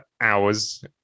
hours